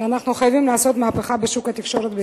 שאנחנו חייבים לעשות מהפכה בשוק התקשורת בישראל.